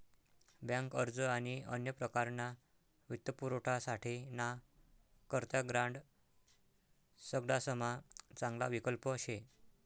bank अर्ज आणि अन्य प्रकारना वित्तपुरवठासाठे ना करता ग्रांड सगडासमा चांगला विकल्प शे